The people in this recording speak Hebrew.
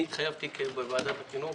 אני התחייבתי בוועדת החינוך.